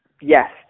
Yes